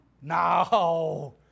No